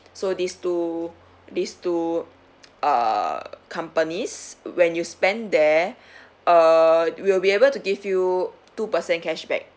so these two these two err companies when you spend there err will be able to give you two percent cashback